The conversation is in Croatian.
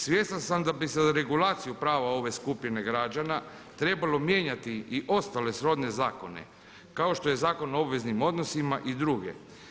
Svjestan sam da bi za regulaciju prave ove skupine građana trebalo mijenjati i ostale srodne zakone, kao što je Zakon o obveznim odnosima i druge.